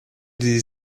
die